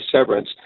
severance